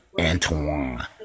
Antoine